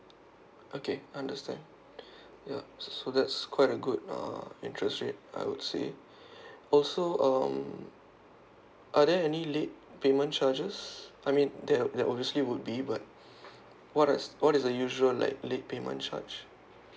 okay understand ya so that's quite a good uh interest rate I would say also um are there any late payment charges I mean that~ that obviously would be but what is what is the usual like late payment charge